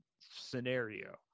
scenario